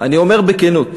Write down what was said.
אני אומר בכנות,